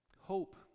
Hope